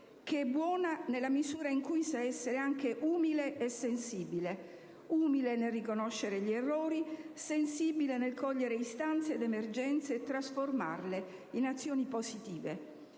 che è tale nella misura in cui sa anche essere umile e sensibile: umile nel riconoscere gli errori e sensibile nel cogliere istanze ed emergenze e trasformarle in azioni positive.